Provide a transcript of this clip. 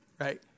right